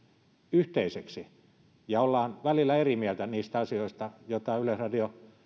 yhteiseksi ja ollaan välillä eri mieltä niistä asioista joita yleisradio